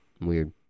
Weird